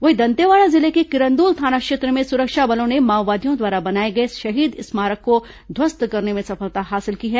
वहीं दंतेवाड़ा जिले के किरंदुल थाना क्षेत्र में सुरक्षा बलों ने माओवादियों द्वारा बनाए गए शहीद स्मारक को ध्वस्त करने में सफलता हासिल की है